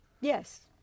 Yes